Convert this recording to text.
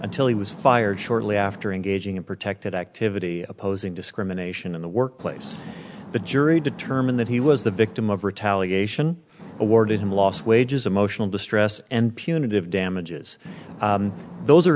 ntil he was fired shortly after engaging in protected activity opposing discrimination in the workplace the jury determined that he was the victim of retaliation awarded in lost wages emotional distress and punitive damages those are